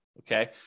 Okay